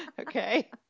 Okay